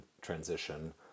transition